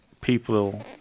people –